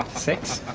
sex?